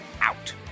out